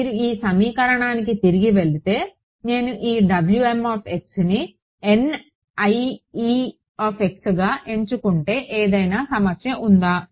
మీరు ఈ సమీకరణానికి తిరిగి వెళితే నేను ఈ ని గా ఎంచుకుంటే ఏదైనా సమస్య ఉందా